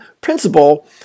principle